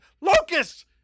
Locusts